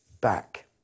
back